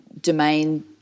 domain